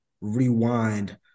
rewind